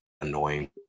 annoying